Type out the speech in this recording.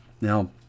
Now